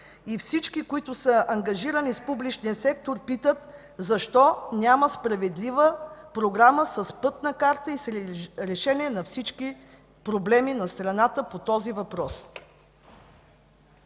и всички, които са ангажирани с публичния сектор, питат: защо няма справедлива програма с пътна карта и с решение на всички проблеми на страната по този въпрос?